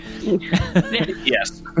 yes